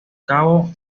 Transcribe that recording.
cabo